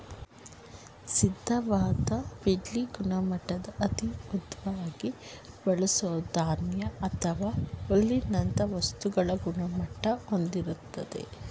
ಸಿದ್ಧವಾದ್ ಫೀಡ್ನ ಗುಣಮಟ್ಟ ಅಂತಿಮ್ವಾಗಿ ಬಳ್ಸಿದ ಧಾನ್ಯ ಅಥವಾ ಹುಲ್ಲಿನಂತ ವಸ್ತುಗಳ ಗುಣಮಟ್ಟ ಹೊಂದಿರ್ತದೆ